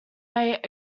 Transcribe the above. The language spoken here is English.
rate